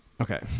Okay